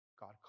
God